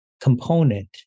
component